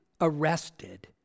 arrested